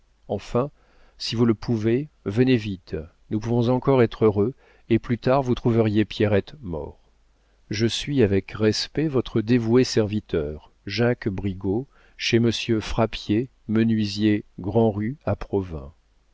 enfin si vous le pouvez venez vite nous pouvons encore être heureux et plus tard vous trouveriez pierrette morte je suis avec respect votre dévoué serviteur jacques brigaut chez monsieur frappier menuisier grand'rue à